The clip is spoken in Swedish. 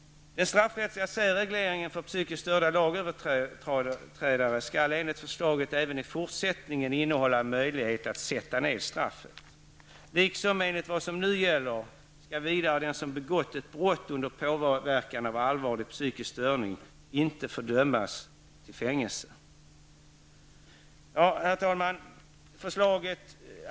Den straffrättsliga särregleringen för psykiskt störda lagöverträdare skall enligt förslaget även i fortsättningen innehålla en möjlighet att sätta ned straffet. Liksom enligt vad som nu gäller skall vidare den som begått ett brott under inverkan av allvarligt psykisk störning inte få dömas till fängelse. Herr talman!